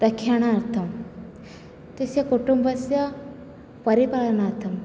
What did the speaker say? रक्षणार्थं तस्य कुटुम्बस्य परिपालनार्थं